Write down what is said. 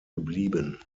geblieben